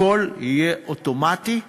הכול יהיה אוטומטי,